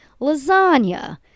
lasagna